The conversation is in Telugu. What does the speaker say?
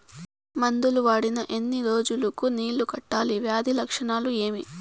మందులు వాడిన ఎన్ని రోజులు కు నీళ్ళు కట్టాలి, వ్యాధి లక్షణాలు ఏమి?